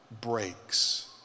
breaks